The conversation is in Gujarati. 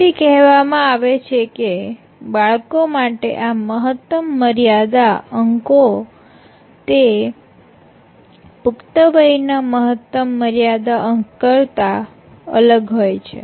તેથી કહેવામાં આવે છે કે બાળકો માટે આ મહત્તમ મર્યાદા અંકો તે પુખ્તવયના મહત્તમ મર્યાદા અંક કરતાં અલગ હોય છે